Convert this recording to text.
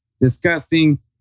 Disgusting